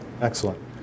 excellent